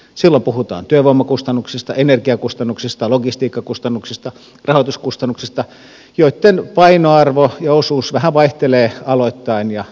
silloin puhutaan työvoimakustannuksista energiakustannuksista logistiikkakustannuksista rahoituskustannuksista joitten painoarvo ja osuus vähän vaihtelevat aloittain ja yrityksittäin